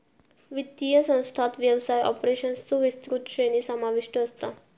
वित्तीय संस्थांत व्यवसाय ऑपरेशन्सचो विस्तृत श्रेणी समाविष्ट असता